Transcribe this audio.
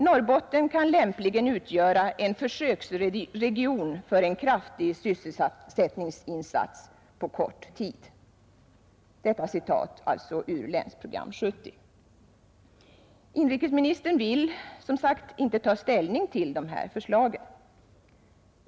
Norrbotten kan lämpligen utgöra en försöksregion för en kraftig sysselsättningsinsats på kort tid.” Inrikesministern vill, som sagt, inte ta ställning till dessa förslag.